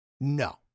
No